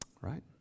Right